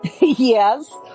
yes